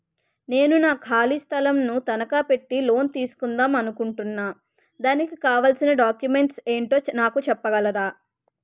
నేను నా ఖాళీ స్థలం ను తనకా పెట్టి లోన్ తీసుకుందాం అనుకుంటున్నా దానికి కావాల్సిన డాక్యుమెంట్స్ ఏంటో నాకు చెప్పగలరా?